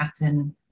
pattern